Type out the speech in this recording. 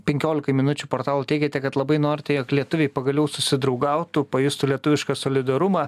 penkiolikai minučių portalui teigiate kad labai norite jog lietuviai pagaliau susidraugautų pajustų lietuvišką solidarumą